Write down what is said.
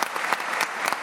(מחיאות כפיים)